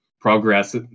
progress